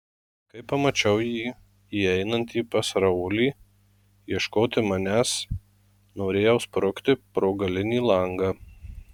kai pamačiau jį įeinantį pas raulį ieškoti manęs norėjau sprukti pro galinį langą